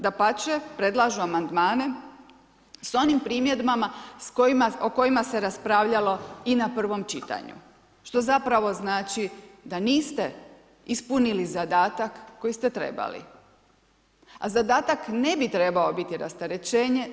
Dapače, predlažu amandmane s onim primjedbama o kojima se raspravljalo i na prvom čitanju što zapravo znači da niste ispunili zadatak koji ste trebali, a zadatak ne bi trebao biti rasterećenje.